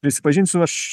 prisipažinsiu aš